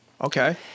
okay